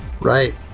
right